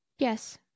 Yes